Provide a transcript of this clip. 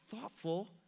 thoughtful